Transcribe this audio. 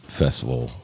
festival